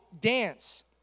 dance